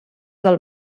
del